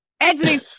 Exiting